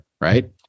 right